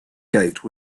gate